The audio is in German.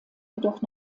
jedoch